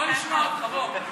בוא נשמע אותך, בוא.